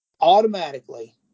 automatically